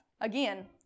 Again